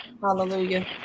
hallelujah